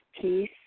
peace